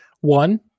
One